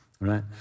right